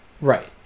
Right